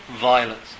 violence